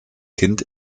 kind